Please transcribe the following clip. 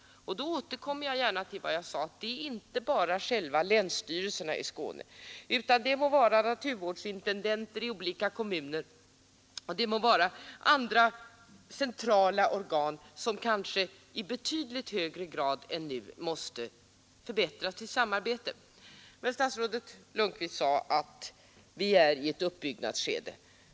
Jag återkommer till vad jag tidigare sade, nämligen att det inte bara är länsstyrelserna i Skåne utan också t.ex. naturvårdsintendenter i olika kommuner och andra centrala organ som i betydligt högre grad än nu måste förbättra sitt samarbete. Statsrådet Lundkvist sade emellertid att vi är i ett uppbyggnadsskede.